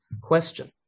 question